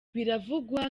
biravugwa